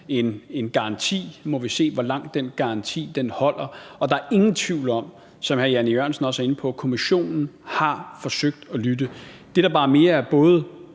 en garanti – nu må vi se, hvor langt den garanti holder. Der er ingen tvivl om, som hr. Jan E. Jørgensen også er inde på, at Kommissionen har forsøgt at lytte. Det, der bare mere er den